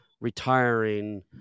retiring